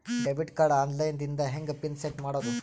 Debit card online ದಿಂದ ಹೆಂಗ್ pin set ಮಾಡೋದು?